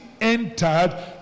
entered